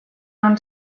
own